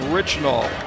Richnall